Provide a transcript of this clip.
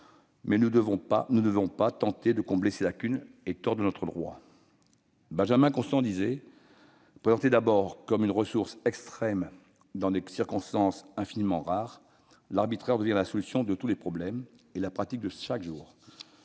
mais nous ne devons pas, pour tenter de combler ces lacunes, tordre notre droit. Benjamin Constant disait :« Présentés d'abord comme une ressource extrême dans des circonstances infiniment rares, l'arbitraire devient la solution de tous les problèmes et la pratique de chaque jour.